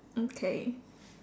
mm K